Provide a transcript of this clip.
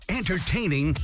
entertaining